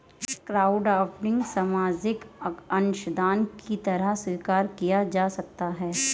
crowdfunding सामाजिक अंशदान की तरह स्वीकार किया जा सकता है